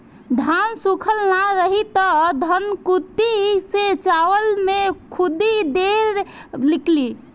धान सूखल ना रही त धनकुट्टी से चावल में खुद्दी ढेर निकली